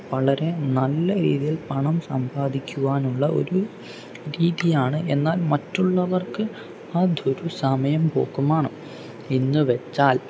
വളരെ നല്ല രീതിയിൽ പണം സമ്പാദിക്കുവാനുള്ള ഒരു രീതിയാണ് എന്നാൽ മറ്റുള്ളവർക്ക് അതൊരു സമയം പോക്കുമാണ് എന്നു വെച്ചാൽ